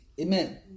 Amen